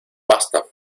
basta